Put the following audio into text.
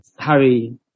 Harry